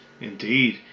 Indeed